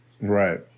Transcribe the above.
Right